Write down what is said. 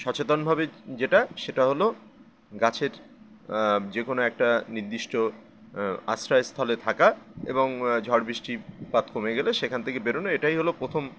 সচেতনভাবে যেটা সেটা হল গাছের যে কোনো একটা নির্দিষ্ট আশ্রায়স্থলে থাকা এবং ঝড় বৃষ্টিপাত কমে গেলে সেখান থেকে বেরোনো এটাই হলো প্রথম